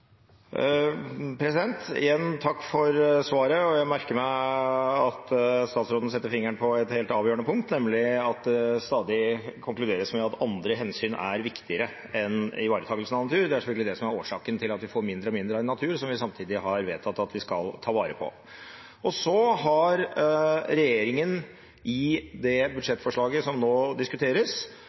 Igjen: Takk for svaret. Jeg merker meg at statsråden setter fingeren på et helt avgjørende punkt, nemlig at det stadig konkluderes med at andre hensyn er viktigere enn ivaretakelsen av natur. Det er selvfølgelig det som er årsaken til at vi får mindre og mindre av natur som vi samtidig har vedtatt at vi skal ta vare på. Så har regjeringen i det budsjettforslaget som nå diskuteres,